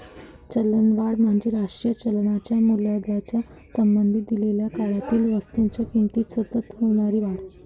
चलनवाढ म्हणजे राष्ट्रीय चलनाच्या मूल्याच्या संबंधात दिलेल्या कालावधीत वस्तूंच्या किमतीत सतत होणारी वाढ